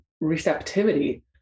receptivity